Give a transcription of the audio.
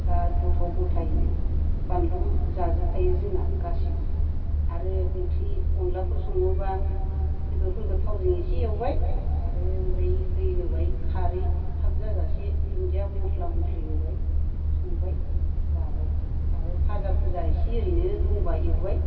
जा गथ' ग'थाय बानलु जाजोबखायो जोंहा गासिबो आरो ओंख्रि अनलाफोर सङोबा बेदरफोरखौ थावजों एसे एवबाय आरो ओमफ्राय दै होबाय खारै फाग जाजासे दुनदिया मस्ला मस्लि होबाय संबाय जाबाय आरो पाजा फुजा एसे ओरैनो दंबा एवबाय